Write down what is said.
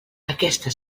aquesta